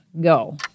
go